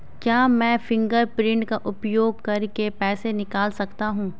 क्या मैं फ़िंगरप्रिंट का उपयोग करके पैसे निकाल सकता हूँ?